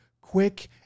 quick